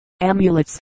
amulets